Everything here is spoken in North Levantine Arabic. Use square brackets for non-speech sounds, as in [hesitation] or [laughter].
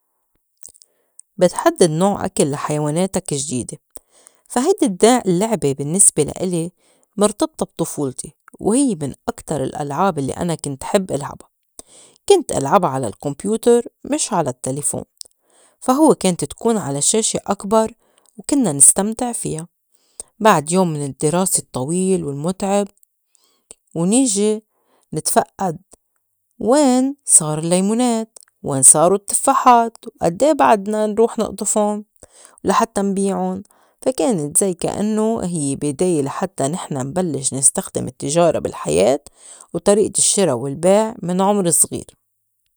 بتحدّد نوع أكل لحيواناتك جديدة. فا هيدي دّ [unintelligible] اللّعبة بالنّسبة لإلي مِرتبطة بطفولتي وهيّ من أكتر الألعاب الّي أنا كنت حب إلعبا، كنت إلعبا على ال computer مش على التّلفون، فا هوّ كانت تكون على شاشة أكبر وكنّا نستمتع فيا بعد يوم من الدِّراسة الطّويل والمُتْعِب، [noise] ونيجي نتفقد [hesitation] وين صارو اللّيمونات، وين صارو التفّاحات، وأدّيه بعدنا نروح نقطُفُن ولحتّى نبيعُن فا كانت زي كأنّو هيّ بداية لحتّى نحن نبلّش نستخدم التّجارة بالحياة وطريئة الشّراء والبيع من عُمْر صغير.